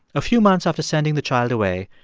a few months after sending the child away,